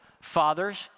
fathers